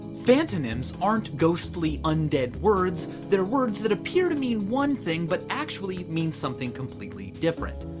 phantonyms aren't ghostly undead words, they're words that appear to mean one thing but actually mean something completely different.